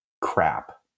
crap